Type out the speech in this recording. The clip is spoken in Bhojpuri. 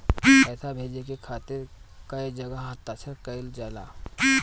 पैसा भेजे के खातिर कै जगह हस्ताक्षर कैइल जाला?